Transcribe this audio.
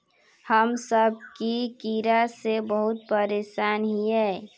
हम सब की कीड़ा से बहुत परेशान हिये?